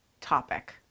topic